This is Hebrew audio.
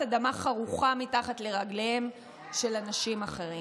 אדמה חרוכה מתחת לרגליהם של אנשים אחרים.